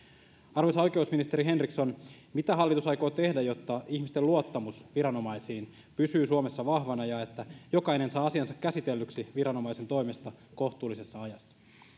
arvoisa oikeusministeri henriksson mitä hallitus aikoo tehdä jotta ihmisten luottamus viranomaisiin pysyy suomessa vahvana ja että jokainen saa asiansa käsitellyksi viranomaisen toimesta kohtuullisessa ajassa